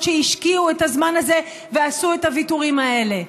שהשקיעו את הזמן הזה ועשו את הוויתורים האלה.